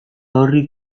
horri